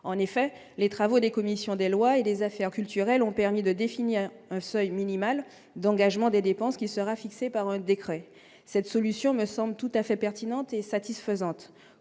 en effet, les travaux des commissions des lois et des affaires culturelles ont permis de définir un seuil minimal d'engagement des dépenses qui sera fixé par un décret cette solution me semble tout à fait pertinente et satisfaisante